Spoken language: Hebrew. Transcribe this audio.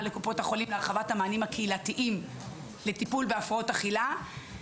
לקופות החולים להרחבת המענים הקהילתיים לטיפול בהפרעות אכילה.